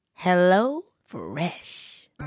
HelloFresh